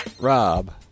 Rob